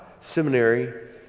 seminary